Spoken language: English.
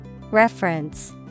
Reference